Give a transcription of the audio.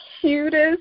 cutest